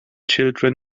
children